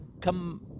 come